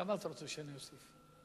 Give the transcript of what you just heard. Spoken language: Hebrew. כמה אתה רוצה שאני אוסיף לך?